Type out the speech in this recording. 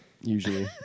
Usually